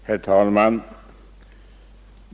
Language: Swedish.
Herr talman!